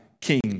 king